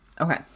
Okay